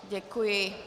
Děkuji.